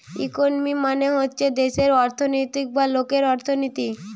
economy মানে হচ্ছে দেশের অর্থনৈতিক বা লোকের অর্থনীতি